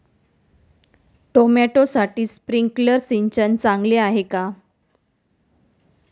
टोमॅटोसाठी स्प्रिंकलर सिंचन चांगले आहे का?